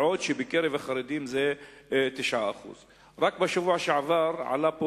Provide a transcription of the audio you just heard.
בעוד שבקרב החרדים זה 9%. רק בשבוע שעבר עלה פה